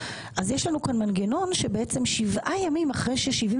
יש לנו כאן מנגנון שבעצם שבעה ימים אחרי ש-75